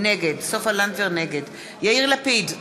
נגד יאיר לפיד,